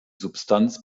substanz